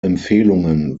empfehlungen